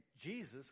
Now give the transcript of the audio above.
Jesus